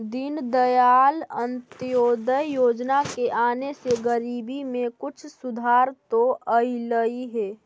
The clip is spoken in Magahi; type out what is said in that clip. दीनदयाल अंत्योदय योजना के आने से गरीबी में कुछ सुधार तो अईलई हे